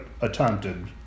attempted